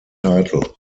title